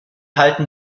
halten